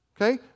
Okay